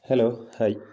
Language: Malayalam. hello hi